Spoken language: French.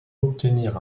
obtenir